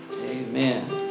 Amen